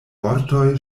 vortoj